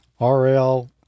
RL